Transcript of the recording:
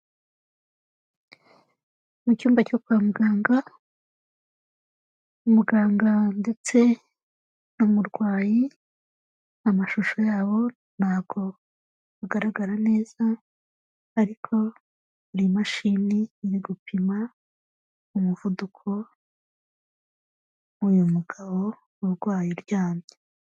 Mu cyumba cyo kwa muganga, umuganga ndetse n'umurwayi, amashusho yabo ntabwo agaragara neza, ariko hari imashini irimo gupima umuvuduko w'uyu mugabo urwaye uryamye.